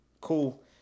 Cool